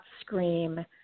scream